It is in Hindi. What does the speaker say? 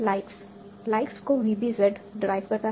लाइक्स लाइक्स को VBZ डेराईव करता है